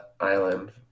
Island